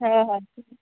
हय हय